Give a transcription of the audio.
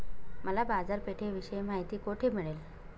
मला बाजारपेठेविषयी माहिती कोठे मिळेल?